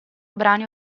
brani